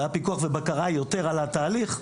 והיה פיקוח ובקרה יותר על התהליך,